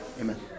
Amen